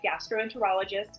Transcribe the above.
gastroenterologist